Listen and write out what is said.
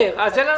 אני לא מתכוון